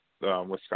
Wisconsin